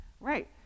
right